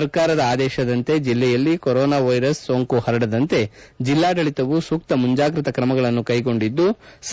ಸರ್ಕಾರದ ಆದೇಶದಂತೆ ಜಿಲ್ಲೆಯಲ್ಲಿ ಕೊರೊನಾ ವೈರಸ್ ಸೋಂಕು ಹರಡದಂತೆ ಜಿಲ್ಲಾಡಳಿತವು ಸೂಕ್ತ ಮುಂಜಾಗ್ರತಾ ಕ್ರಮಗಳನ್ನು ಕೈಗೊಂಡಿದ್ಲು